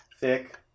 thick